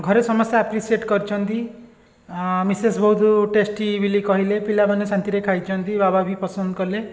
ଘରେ ସମସ୍ତେ ଆପ୍ରିସିଏଟ୍ କରିଛନ୍ତି ଆଁ ମିସେସ୍ ବହୁତ ଟେଷ୍ଟି ବିଲି କହିଲେ ପିଲାମାନେ ଶାନ୍ତିରେ ଖାଇଛନ୍ତି ବାବା ବି ପସନ୍ଦ କଲେ